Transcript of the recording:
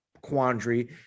quandary